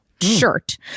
shirt